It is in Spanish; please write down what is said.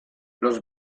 los